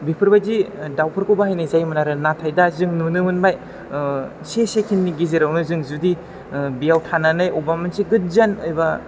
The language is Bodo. बेफोरबायदि दावफोरखौ बाहायनाय जायोमोन आरो नाथाय दा जों नुनो मोनबाय से सेकेन्दनि गेजेरावनो जों जुदि बेयाव थानानै बबेबा मोनसे गोजान एबा